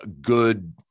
good